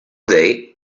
day